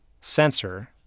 sensor